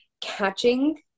catching